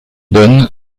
donne